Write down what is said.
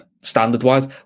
standard-wise